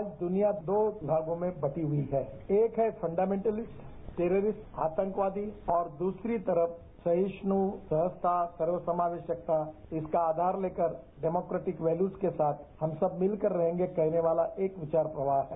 आज दुनिया दो भागों में बंटी हुई है एक है फंडमेंटालिस्ट टेरेरेस्ट आतंकवादी और दूसरी तरफ सहिष्यू सरसता सर्वसामाजिकता इसका आघार तेकर डेमोडेटिक वेल्यूज के साथ हम सब मिलकर रहेगे कहने वाला एक विचार प्रवाह है